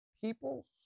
People